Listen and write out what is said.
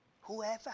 whoever